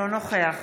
אינו נוכח